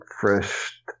fresh